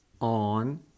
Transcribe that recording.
on